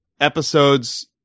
episodes